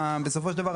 בסופו של דבר,